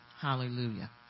Hallelujah